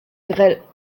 grell